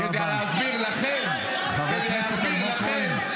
-- כדי להסביר לכם ----- חבר הכנסת אלמוג כהן.